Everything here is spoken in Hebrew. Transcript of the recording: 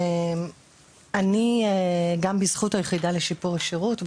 גם בזכות היחידה לשיפור השירות,